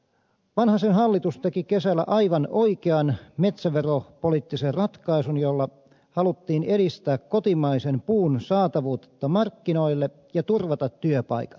vanhasen hallitus teki kesällä aivan oikean metsäveropoliittisen ratkaisun jolla haluttiin edistää kotimaisen puun saatavuutta markkinoille ja turvata työpaikat